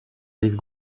rive